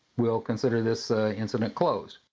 we'll consider this incident closed!